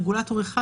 רגולטור אחד,